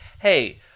hey